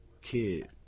Kid